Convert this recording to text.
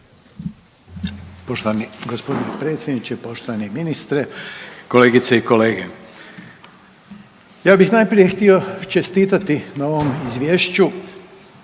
Poštovani gospodine predsjedniče, poštovani ministre, kolegice i kolege, ja bih najprije htio čestitati na ovom izvješću